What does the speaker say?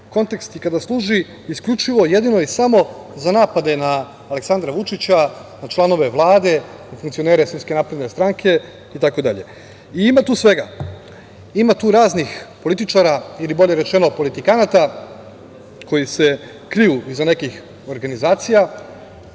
kontekst i kada služi isključivo, jedino i samo za napade na Aleksandra Vučića, na članove Vlade, na funkcionere SNS itd. Ima tu svega. Ima tu raznih političara ili, bolje rečeno, politikanata koji se kriju iza nekih organizacija.